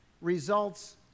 results